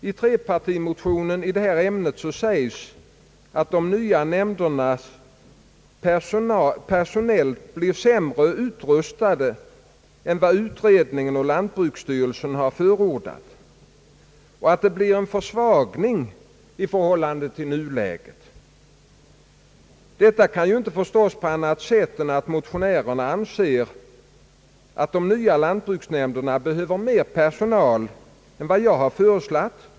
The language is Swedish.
I trepartimotionen i detta ämne sägs att de nya nämnderna personellt blir sämre utrustade än vad utredningen och lantbruksstyrelsen har förordat och att det blir en försvagning i förhållande till nuläget. Detta kan inte förstås på annat sätt än att motionärerna anser att de nya lantbruksnämnderna behöver mer personal än vad jag har föreslagit.